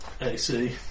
AC